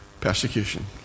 Persecution